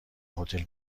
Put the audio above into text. هتل